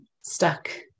stuck